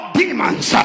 demons